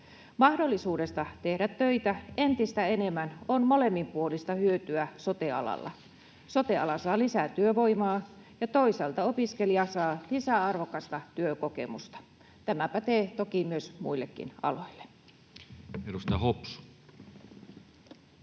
Mahdollisuudesta tehdä töitä entistä enemmän on molemminpuolista hyötyä sote-alalla. Sote-ala saa lisää työvoimaa, ja toisaalta opiskelija saa lisää arvokasta työkokemusta. Tämä pätee toki myös muillakin aloilla. Edustaja Hopsu.